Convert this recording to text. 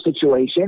situation